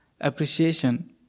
appreciation